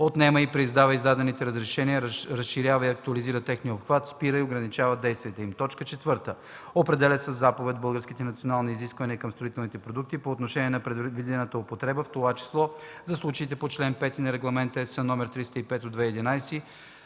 отнема и преиздава издадените разрешения, разширява и актуализира техния обхват, спира и ограничава действието им; 4. определя със заповед българските национални изисквания към строителните продукти по отношение на предвидената употреба, в т.ч. за случаите по чл. 5 на Регламент (ЕС) № 305/2011;